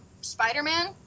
Spider-Man